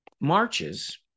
marches